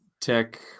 Tech